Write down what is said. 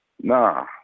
Nah